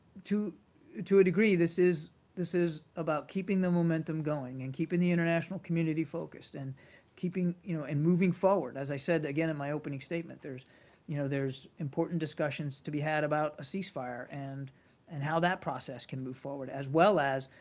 to to a degree, this is this is about keeping the momentum going and keeping the international community focused and keeping you know and moving forward. as i said again in my opening statement, there's you know there's important discussions to be had about a ceasefire and and how that process can move forward, as well as